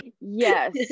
Yes